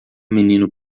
menino